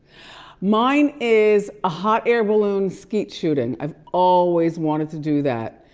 mine is a hot air balloon skeet shooting. i've always wanted to do that.